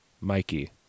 Mikey